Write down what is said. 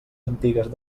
antigues